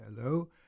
Hello